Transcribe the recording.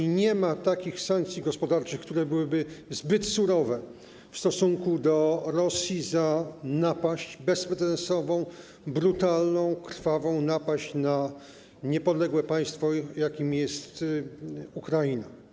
I nie ma takich sankcji gospodarczych, które byłyby zbyt surowe w stosunku do Rosji za napaść, bezprecedensową, brutalną, krwawą napaść na niepodległe państwo, jakim jest Ukraina.